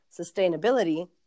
sustainability